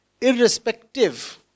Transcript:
irrespective